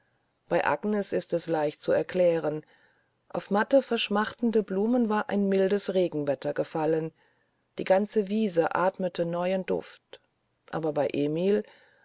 bei agnes ist es leicht zu erklären auf matte verschmachtende blumen war ein mildes regenwetter gefallen die ganze wiese athmete neuen duft aber bei emil